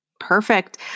Perfect